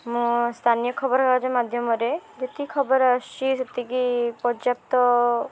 ମୋ ସ୍ଥାନୀୟ ଖବର କାଗଜ ମାଧ୍ୟମରେ ଯେତିକି ଖବର ଆସୁଛି ସେତିକି ପର୍ଯ୍ୟାପ୍ତ